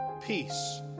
Peace